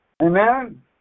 Amen